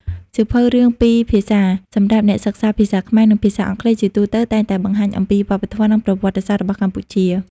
សៀវភៅរឿងពីរភាសាសម្រាប់អ្នកសិក្សាភាសាខ្មែរ និងភាសាអង់គ្លេស ជាទូទៅតែងតែបង្ហាញអំពី វប្បធម៌ និង ប្រវត្តិសាស្ត្រ របស់កម្ពុជា។